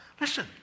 Listen